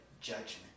judgment